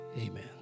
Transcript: Amen